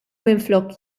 minflok